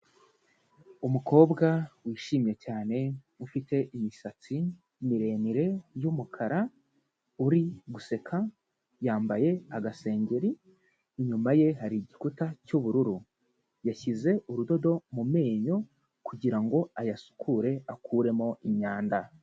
Umukobwa wishimye cyane, ufite imisatsi miremire y'umukara, uri guseka, yambaye agasengeri, inyumaye hari igikuta cy'ubururu, yashyize urudodo mu menyo kugira ngo ayasukure akuremo imyanda.